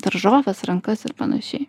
daržoves rankas ir panašiai